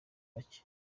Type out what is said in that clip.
bake